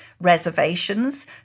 reservations